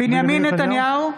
נתניהו,